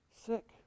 sick